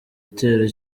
igitero